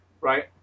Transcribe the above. right